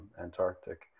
Antarctic